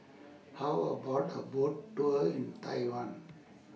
How about A Boat Tour in Taiwan